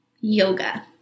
yoga